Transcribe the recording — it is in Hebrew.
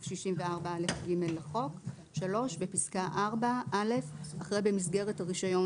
64א(ג) לחוק"; (3)בפסקה (4) אחרי "במסגרת הרישיון